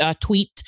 tweet